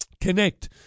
connect